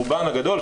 רובן הגדול,